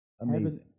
amazing